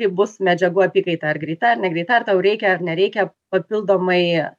kaip bus medžiagų apykaita ar greita ar negreita ar tau reikia ar nereikia papildomai